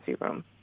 room